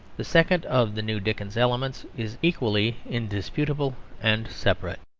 the second of the new dickens elements is equally indisputable and separate.